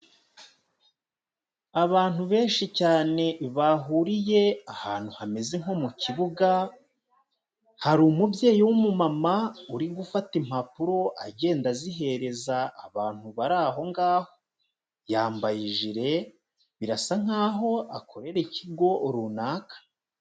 Abantu benshi cyane bahuriye ahantu hameze nko mu kibuga, hari umubyeyi w'umumama uri gufata impapuro agenda azihereza abantu bari aho ngaho, yambaye ijire, birasa nk'aho akorera ikigo runaka.